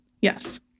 Yes